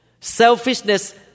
Selfishness